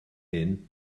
hyn